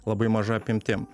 labai maža apimtim